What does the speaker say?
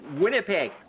Winnipeg